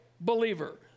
believer